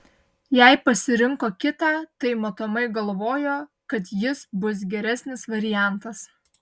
jei pasirinko kitą tai matomai galvojo kad jis bus geresnis variantas